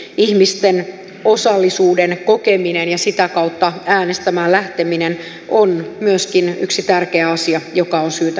myöskin ihmisten osallisuuden kokeminen ja sitä kautta äänestämään lähteminen on yksi tärkeä asia joka on syytä huomioida